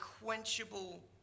unquenchable